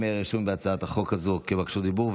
הם רשומים בהצעת החוק לבקשות דיבור,